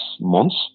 months